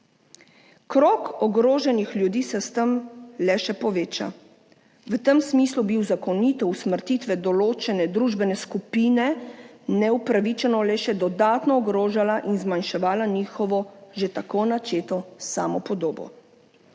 Krog ogroženih ljudi se s tem le še poveča. V tem smislu bi uzakonitev usmrtitve določene družbene skupine neupravičeno le še dodatno ogrožala in zmanjševala njihovo že tako načeto samopodobo.